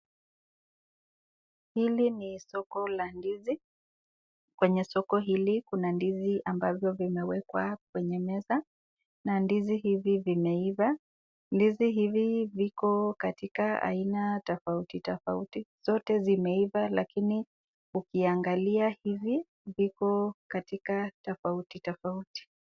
Hili ni soko la ndizi, kwenye soko hili kuna ndizi ambavyo vimewekwa kwenye meza, na ndizi hivi vimeiva. Ndizi hivi viko katika aina tofauti tofauti, zote zimeiva lakini ukiangalia hivi, viko katika tofauti tofauti.